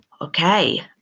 Okay